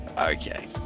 Okay